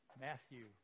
Matthew